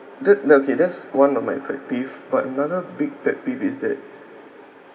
that that okay that's one of my pet peeve but another big pet peeve is that